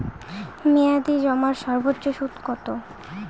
মেয়াদি জমার সর্বোচ্চ সুদ কতো?